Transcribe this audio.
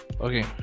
Okay